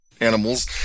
animals